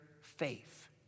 faith